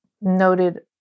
noted